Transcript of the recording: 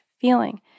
feeling